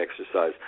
exercise